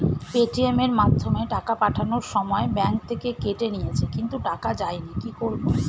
Paytm এর মাধ্যমে টাকা পাঠানোর সময় ব্যাংক থেকে কেটে নিয়েছে কিন্তু টাকা যায়নি কি করব?